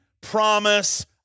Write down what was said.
promise